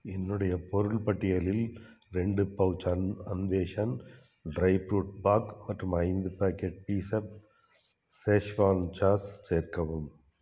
என்னுடைய பொருள் பட்டியலில் ரெண்டு பௌச் அன்வேஷன் ட்ரை ஃப்ரூட் பாக் மற்றும் ஐந்து பேக்கெட் பீசெஃப் ஷேஸ்வான் சாஸ் சேர்க்கவும்